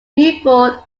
newport